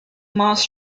moss